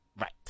Right